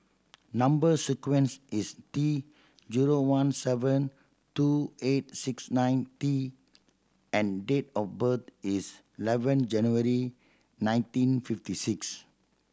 number sequence is T zero one seven two eight six nine T and date of birth is eleven January nineteen fifty six